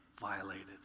violated